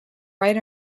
right